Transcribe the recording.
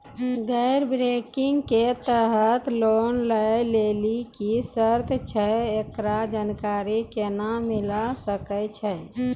गैर बैंकिंग के तहत लोन लए लेली की सर्त छै, एकरो जानकारी केना मिले सकय छै?